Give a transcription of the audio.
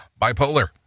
bipolar